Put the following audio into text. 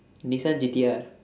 nissan G_T_R